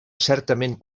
certament